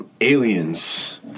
aliens